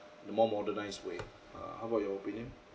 the more modernised way uh how about your opinion